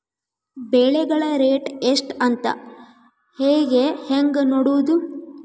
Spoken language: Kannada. ಬೆಳೆಗಳ ರೇಟ್ ಎಷ್ಟ ಅದ ಅಂತ ಹೇಳಿ ಹೆಂಗ್ ನೋಡುವುದು?